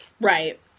Right